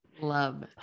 love